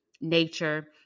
nature